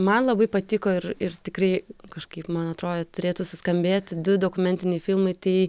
man labai patiko ir ir tikrai kažkaip man atrodė turėtų suskambėti du dokumentiniai filmai tai